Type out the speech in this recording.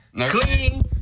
Clean